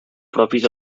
propis